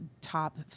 top